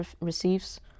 receives